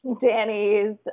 Danny's